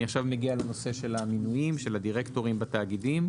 אני עכשיו מגיע לנושא של המינויים של הדירקטורים בתאגידים.